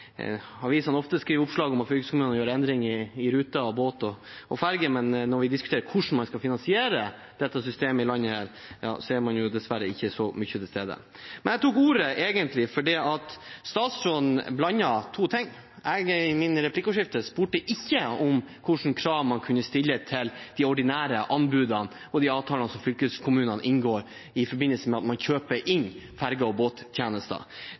har ofte oppslag om at fylkeskommunene gjør endringer i båt- og ferjeruter, men når vi diskuterer hvordan man skal finansiere dette systemet her i landet, er man dessverre ikke så mye til stede. Men jeg tok ordet egentlig fordi statsråden blander to ting. I min replikk spurte jeg ikke om hvilke krav man kunne stille til de ordinære anbudene og de avtalene som fylkeskommunene inngår i forbindelse med at man kjøper inn ferge- og